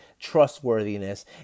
trustworthiness